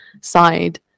side